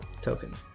token